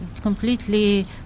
completely